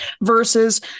versus